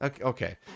Okay